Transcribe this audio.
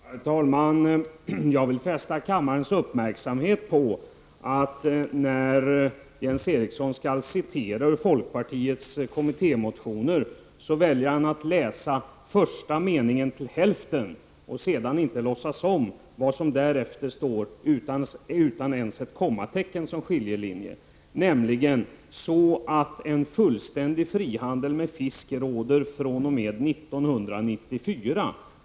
Herr talman! Jag vill fästa kammarens uppmärksamhet på att när Jens Eriksson skall citera ur folkpartiets kommittémotioner väljer han att läsa första meningen till hälften och sedan inte låtsas om vad som därefter står, utan ens ett kommatecken som skiljelinje, nämligen ”så att fullständig frihandel med fisk råder fr.o.m. år 1994”.